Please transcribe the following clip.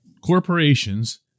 corporations